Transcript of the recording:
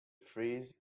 phrase